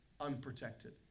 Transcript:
Unprotected